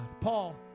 Paul